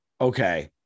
okay